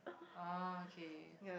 oh okay